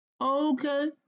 Okay